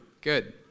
good